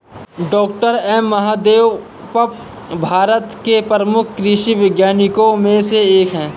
doctor M Mahadevappa Bharat के प्रमुख कृषि वैज्ञानिकों में से एक हैं